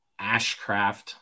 Ashcraft